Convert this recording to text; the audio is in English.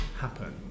happen